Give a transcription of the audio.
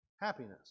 happiness